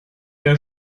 der